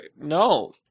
No